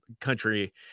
country